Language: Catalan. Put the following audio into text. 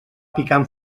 picant